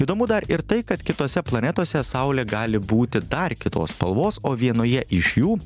įdomu ir tai kad kitose planetose saulė gali būti dar kitos spalvos o vienoje iš jų